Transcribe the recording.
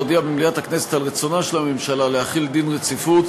להודיע במליאת הכנסת על רצונה של הממשלה להחיל דין רציפות